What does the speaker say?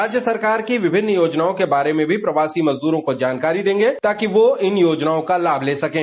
राज्य सरकार की विभिन्न योजनाओं के बारे में भी प्रवासी मजदूरों को जानकारी देंगे ताकि वह इन योजनाओं का लाभ ले सकें